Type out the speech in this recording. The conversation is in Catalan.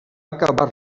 acabar